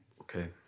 okay